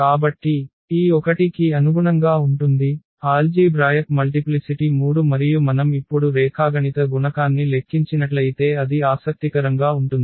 కాబట్టి ఈ 1 కి అనుగుణంగా ఉంటుంది ఆల్జీభ్రాయక్ మల్టిప్లిసిటి 3 మరియు మనం ఇప్పుడు రేఖాగణిత గుణకాన్ని లెక్కించినట్లయితే అది ఆసక్తికరంగా ఉంటుంది